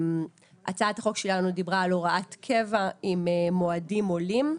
הצעת החוק שלנו דיברה על הוראת קבע עם מועדים עולים,